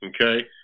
Okay